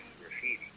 Graffiti